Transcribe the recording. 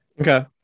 Okay